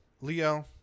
Leo